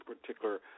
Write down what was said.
particular